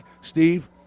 Steve